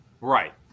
Right